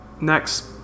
Next